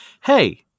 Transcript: Hey